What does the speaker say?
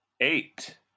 eight